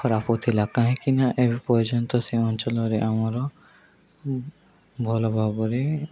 ଖରାପ ଥିଲା କାହିଁକି ନା ଏବେ ପର୍ଯ୍ୟନ୍ତ ସେ ଅଞ୍ଚଳରେ ଆମର ଭଲ ଭାବରେ